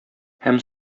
һәм